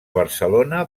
barcelona